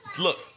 look